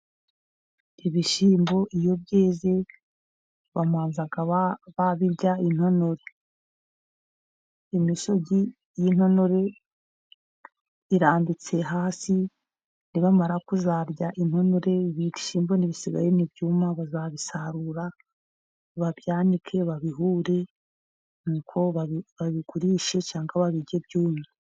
Ibishyimbo iyo byeze bamanza babirya intonore. Imisozigi y'intono irambitse hasi, nibamara kuzarya intonore, ibishyimbo bisigaye nibyuma bazabisarura, babyanike, babihure, babigurishe, cyangwa babirye byumye.